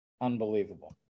unbelievable